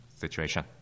situation